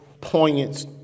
poignant